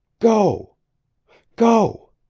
go go